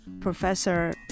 Professor